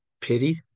pity